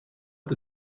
the